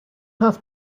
have